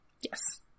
Yes